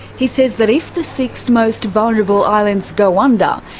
he says that if the six most vulnerable islands go and